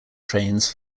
trains